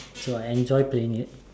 so I enjoy playing it